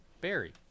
Barry